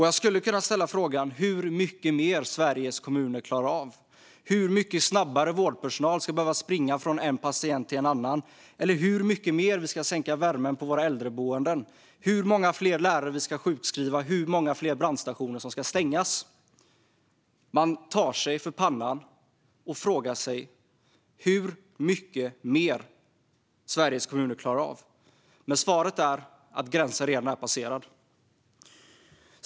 Jag skulle kunna fråga hur mycket mer Sveriges kommuner klarar av, hur mycket snabbare vårdpersonal ska behöva springa från en patient till en annan eller hur mycket mer vi ska sänka värmen på våra äldreboenden, hur många fler lärare vi ska sjukskriva och hur många fler brandstationer som ska stängas. Man tar sig för pannan och frågar sig hur mycket mer Sveriges kommuner klarar av. Men svaret är att gränsen redan är passerad.